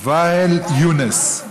ואאל יונס.